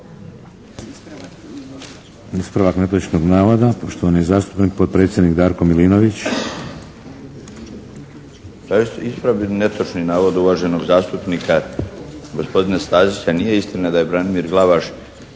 Ispravak netočnog navoda, poštovani zastupnik podpredsjednik Darko Milinović. **Milinović, Darko (HDZ)** Ispravio bih netočni navod uvaženog zastupnika. Gospodine Stazić nije istina da je Branimir Glavaš